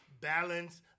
balance